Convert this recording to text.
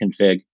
config